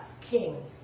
king